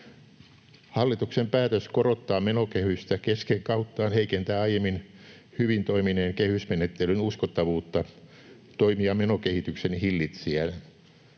Hallituksen päätös korottaa menokehystä kesken kauttaan heikentää aiemmin hyvin toimineen kehysmenettelyn uskottavuutta toimia menokehityksen hillitsijänä.